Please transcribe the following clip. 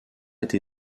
été